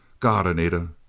god, anita!